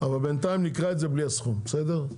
אבל בינתיים נקרא את זה בלי הסכום בסדר?